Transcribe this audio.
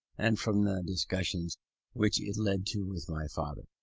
and from the discussions which it led to with my father.